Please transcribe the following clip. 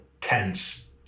tense